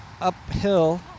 uphill